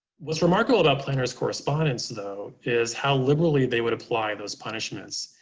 what's remarkable about planners correspondence, though, is how liberally they would apply those punishments,